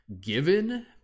given